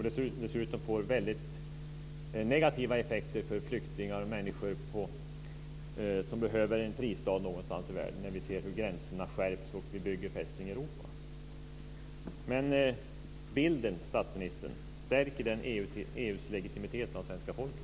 Dessutom får det negativa effekter för flyktingar och människor som behöver en fristad någonstans i världen. Vi ser hur gränserna skärps och vi bygger fästning Europa. Stärker den bild som svenska folket får när toppmötet arrangeras så här EU:s legitimitet hos svenska folket?